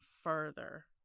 further